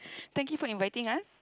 thank you for inviting us